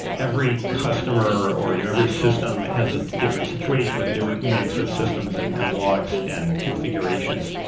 every customer or you know every system has a different situation with a different mix of systems and and logs and configurations.